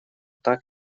так